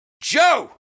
Joe